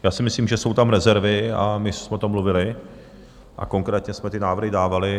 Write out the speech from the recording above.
Já si myslím, že jsou tam rezervy, a my jsme o tom mluvili a konkrétně jsme ty návrhy dávali.